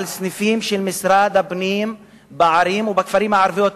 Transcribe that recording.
על סניפים של משרד הפנים בערים ובכפרים הערביים,